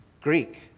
Greek